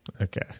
Okay